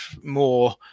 more